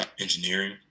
engineering